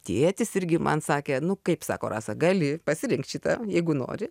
tėtis irgi man sakė nu kaip sako rasa gali pasirinkt šitą jeigu nori